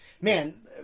man